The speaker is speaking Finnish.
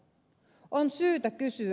on syytä kysyä